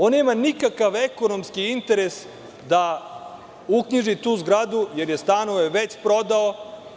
On nema nikakav ekonomski interes da uknjiži tu zgradu jer je stanove već prodao.